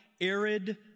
arid